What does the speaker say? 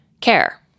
care